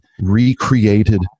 recreated